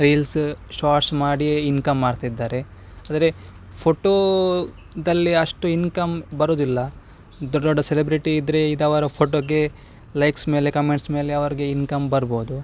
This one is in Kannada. ರೀಲ್ಸ್ ಶಾರ್ಟ್ಸ್ ಮಾಡಿ ಇನ್ಕಮ್ ಮಾಡ್ತಿದ್ದಾರೆ ಆದರೆ ಫೋಟೋದಲ್ಲಿ ಅಷ್ಟು ಇನ್ಕಮ್ ಬರುವುದಿಲ್ಲ ದೊಡ್ಡ ದೊಡ್ಡ ಸೆಲೆಬ್ರಿಟಿ ಇದ್ದರೆ ಇದ್ದವರ ಫೋಟೋಗೆ ಲೈಕ್ಸ್ ಮೇಲೆ ಕಮೆಂಟ್ಸ್ ಮೇಲೆ ಅವರಿಗೆ ಇನ್ಕಮ್ ಬರ್ಬೋದು